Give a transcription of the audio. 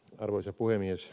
arvoisa puhemies